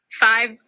five